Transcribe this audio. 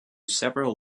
several